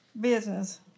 business